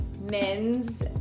Men's